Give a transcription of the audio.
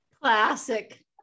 classic